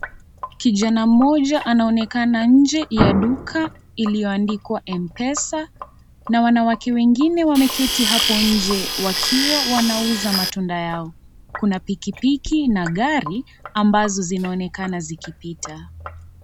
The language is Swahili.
Kijana mmoja anaonekana nje ya duka iliyoandikwa Mpesa na wanawake wengine wameketi hapo nje wakiwa wanauza matunda yao, kuna pikipiki na gari ambazo zinaonekana zikipita.